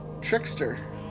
trickster